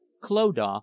clodagh